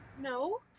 No